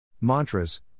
Mantras